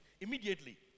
Immediately